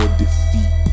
defeat